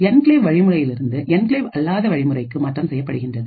enclave வழி முறையிலிருந்து enclave அல்லாத வழிமுறைக்கு மாற்றம் செய்யப்படுகின்றது